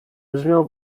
brzmiał